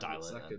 second